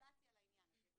רגולציה לעניין הזה.